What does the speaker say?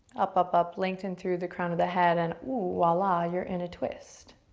up, up, up, lengthen through the crown of the head, and ooh, voila, you're in a twist.